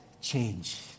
change